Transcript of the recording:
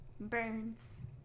burns